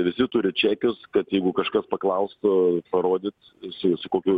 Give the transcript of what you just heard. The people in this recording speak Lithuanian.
visi turi čekius kad jeigu kažkas paklaustų parodyt su kokiu